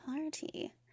party